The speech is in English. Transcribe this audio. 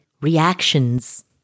reactions